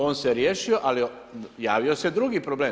On se riješio, ali javio se drugi problem.